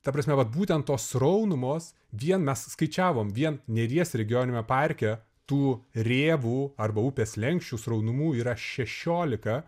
ta prasme vat būtent tos sraunumos vien mes skaičiavom vien neries regioniniame parke tų rėvų arba upės slenksčių sraunumų yra šešiolika